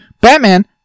Batman